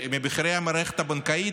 מבכירי המערכת הבנקאית,